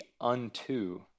unto